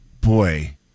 boy